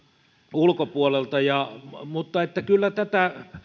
ulkopuolelta mutta kyllä tätä